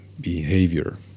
behavior